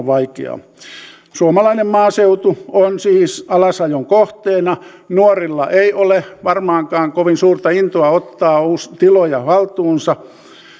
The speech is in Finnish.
vaikeaa suomalainen maaseutu on siis alasajon kohteena nuorilla ei ole varmaankaan kovin suurta intoa ottaa tiloja haltuunsa